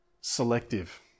selective